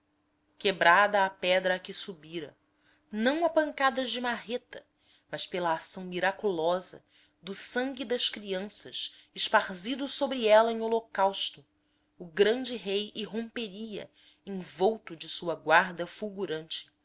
quebrada a pedra a que subira não a pancadas de marreta mas pela ação miraculosa do sangue das crianças esparzido sobre ela em holocausto o grande rei irromperia envolto de sua guarda fulgurante